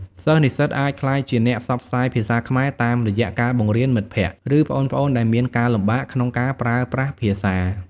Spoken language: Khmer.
សិស្សនិស្សិតអាចក្លាយជាអ្នកផ្សព្វផ្សាយភាសាខ្មែរតាមរយៈការបង្រៀនមិត្តភក្តិ ឬប្អូនៗដែលមានការលំបាកក្នុងការប្រើប្រាស់ភាសា។